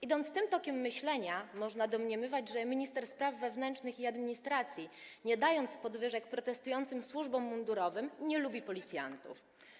Idąc tym tokiem myślenia, można domniemywać, że minister spraw wewnętrznych i administracji, nie dając podwyżek protestującym służbom mundurowym, nie lubi policjantów.